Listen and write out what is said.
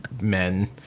men